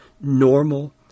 normal